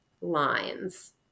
lines